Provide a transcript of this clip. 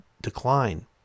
decline